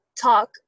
talk